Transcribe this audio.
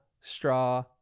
straw